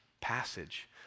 passage